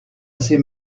assez